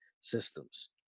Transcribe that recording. systems